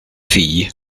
figli